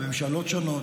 בממשלות שונות,